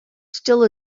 still